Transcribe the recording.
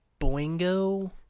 Boingo